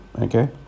Okay